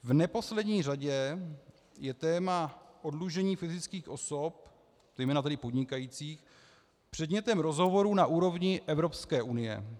V neposlední řadě je téma oddlužení fyzických osob, zejména tedy podnikajících, předmětem rozhovorů na úrovni Evropské unie.